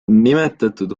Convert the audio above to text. nimetatud